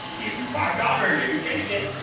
give you five dollars if you taste it.